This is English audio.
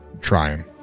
Trying